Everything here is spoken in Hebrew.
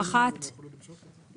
בעצם יכול שיהיה מצב,